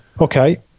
Okay